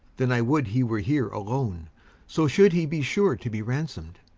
then i would he were here alone so should he be sure to be ransomed,